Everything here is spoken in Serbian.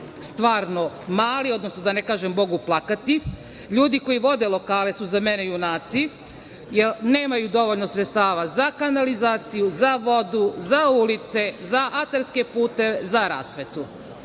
stvarno mali, odnosno da ne kažem Bogu plakati. Ljudi koji vode lokale su za mene junaci, jer nemaju dovoljno sredstava za kanalizaciju, za vodu, za ulice, za atarske puteve, za rasvetu. Mi